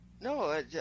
no